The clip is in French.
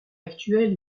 actuel